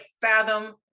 fathom